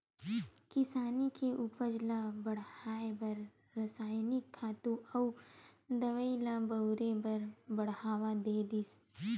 किसानी के उपज ल बड़हाए बर रसायनिक खातू अउ दवई ल बउरे बर बड़हावा दे गिस